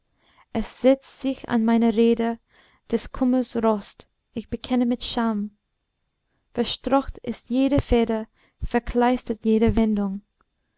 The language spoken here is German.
es setzt sich an meine räder des kummers rost ich bekenne mit scham verstockt ist jede feder verkleistert jede wendung